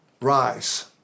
rise